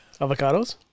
avocados